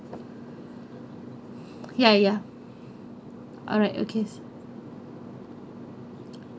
ya ya alright okay